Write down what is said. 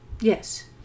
Yes